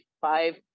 five